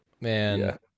man